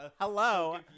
Hello